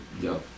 Yo